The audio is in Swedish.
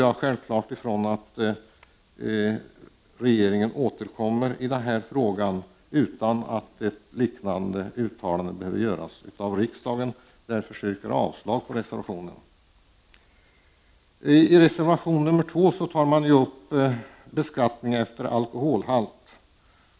Jag utgår från att regeringen naturligtvis återkommer i denna fråga utan att ett liknande uttalande behöver göras av riksdagen. Därför yrkar jag avslag på reservationen. I reservation 2 tar man upp beskattning efter alkoholhalt.